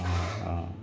आओर